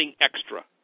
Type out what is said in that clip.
extra